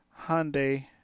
Hyundai